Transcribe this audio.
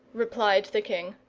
replied the king.